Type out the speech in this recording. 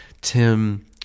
Tim